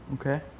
Okay